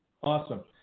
awesome